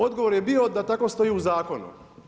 Odgovor je bio da tako stoji u Zakonu.